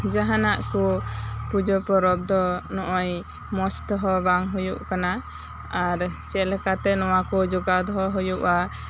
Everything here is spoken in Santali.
ᱡᱟᱦᱟᱸᱱᱟᱜ ᱠᱚ ᱯᱩᱡᱟᱹ ᱯᱚᱨᱚᱵᱽ ᱫᱚ ᱱᱚᱜᱼᱚᱭ ᱢᱚᱸᱡᱽ ᱛᱮᱦᱚᱸ ᱵᱟᱝ ᱦᱩᱭᱩᱜ ᱠᱟᱱᱟ ᱟᱨ ᱪᱮᱫ ᱞᱮᱠᱟᱛᱮ ᱱᱚᱣᱟ ᱠᱚ ᱡᱚᱜᱟᱣ ᱫᱚᱦᱚ ᱦᱩᱭᱩᱜᱼᱟ